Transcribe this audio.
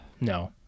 no